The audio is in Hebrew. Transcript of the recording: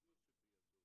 שהחומר שבידו